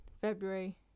February